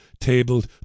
tabled